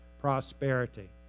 prosperity